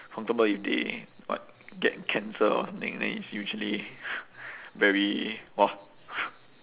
for example if they what get cancer or something then it's usually very !wah!